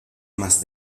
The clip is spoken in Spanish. más